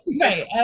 right